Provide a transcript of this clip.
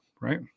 right